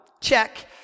Check